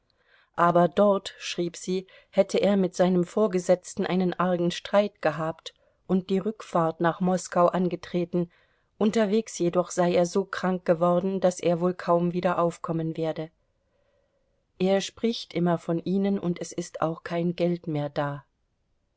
aber dort schrieb sie hätte er mit seinem vorgesetzten einen argen streit gehabt und die rückfahrt nach moskau angetreten unterwegs jedoch sei er so krank geworden daß er wohl kaum wieder aufkommen werde er spricht immer von ihnen und es ist auch kein geld mehr da